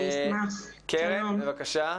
קרן, בבקשה.